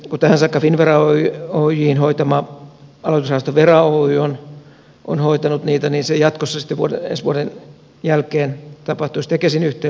kun tähän saakka finnvera oyjn hoitama aloitusrahasto vera oy on hoitanut niitä niin se jatkossa sitten ensi vuoden jälkeen tapahtuisi tekesin yhteydessä